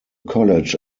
college